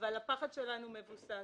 אבל הפחד שלנו מבוסס.